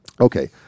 Okay